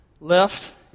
left